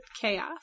chaos